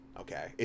okay